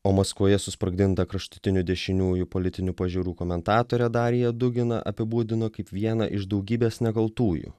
o maskvoje susprogdintą kraštutinių dešiniųjų politinių pažiūrų komentatorę dariją duginą apibūdino kaip vieną iš daugybės nekaltųjų